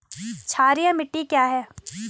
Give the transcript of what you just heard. क्षारीय मिट्टी क्या है?